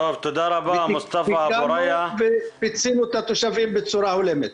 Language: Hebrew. תיקנו ופיצינו את התושבים בצורה הולמת.